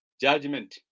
Judgment